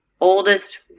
oldest